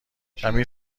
کمی